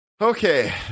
Okay